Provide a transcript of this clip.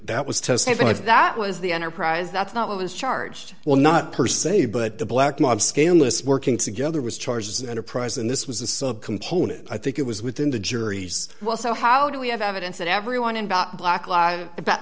to that was the enterprise that's not what was charged well not per se but the black mob scandalous working together was charged as an enterprise and this was a subcomponent i think it was within the juries well so how do we have evidence that everyone in bought black lie about